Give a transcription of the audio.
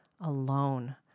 alone